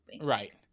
Right